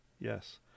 Yes